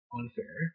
unfair